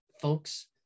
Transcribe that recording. folks